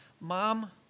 Mom